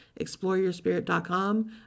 exploreyourspirit.com